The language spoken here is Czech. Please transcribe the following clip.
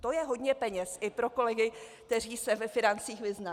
To je hodně peněz i pro kolegy, kteří se ve financích vyznají.